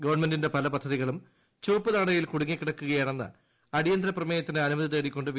ഗവൺമെന്റിന്റെ പല പദ്ധതികളും ചുവപ്പ്നാടയിൽ കുടുങ്ങി കിടക്കുകയാണെന്ന് അടിയന്തര പ്രമേയത്തിന് അനുമതി തേടിക്കൊണ്ട് വി